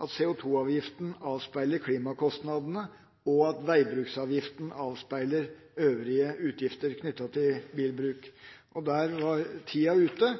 at CO2-avgiften avspeiler klimakostnadene, og at veibruksavgiften avspeiler øvrige utgifter knyttet til bilbruk. Der var tida ute.